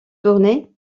tournée